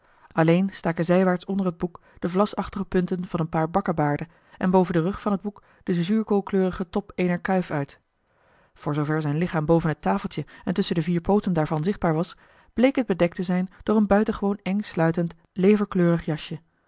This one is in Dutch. alleen staken zijwaarts onder het boek de vlasachtige punten van een paar bakkebaarden en boven den rug van het boek de zuurkoolkleurige top eener kuif uit voor zoover zijn lichaam boven het tafeltje en tusschen de vier pooten daarvan zichtbaar was bleek het bedekt te zijn door een buitengewoon engsluitend leverkleurig jasje